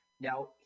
Now